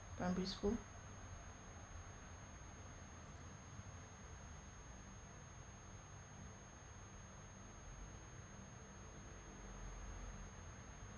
primary school